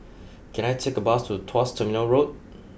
can I take a bus to Tuas Terminal Road